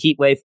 Heatwave